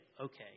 okay